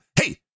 hey